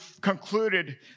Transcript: concluded